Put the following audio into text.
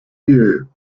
you